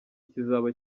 kizaba